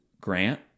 Grant